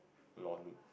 lol noob